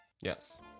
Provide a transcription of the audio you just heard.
yes